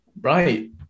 Right